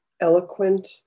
eloquent